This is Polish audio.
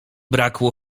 brakło